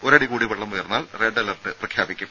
ഒരടി കൂടി വെള്ളം ഉയർന്നാൽ റെഡ് അലർട്ട് പ്രഖ്യാപിക്കും